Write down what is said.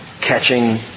catching